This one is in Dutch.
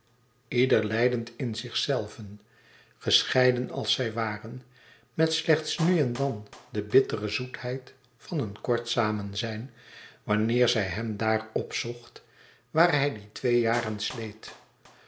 ieder lijdend in zichzelven gescheiden als zij waren met slechts nu en dan de bittere zoetheid van een kort samenzijn wanneer zij hem daar opzocht waar hij die twee jaren sleet